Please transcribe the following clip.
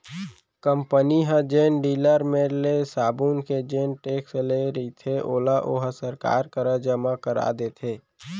company ह जेन dealer मेर ले साबून के जेन टेक्स ले रहिथे ओला ओहा सरकार करा जमा करा देथे